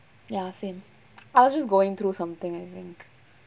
ya same I was just going through something I think